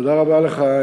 תודה רבה לך,